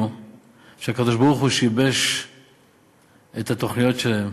והקדוש ברוך-הוא שיבש את התוכניות שלהם,